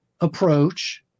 approach